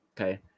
Okay